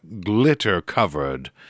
glitter-covered